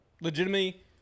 legitimately